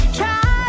try